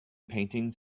paintings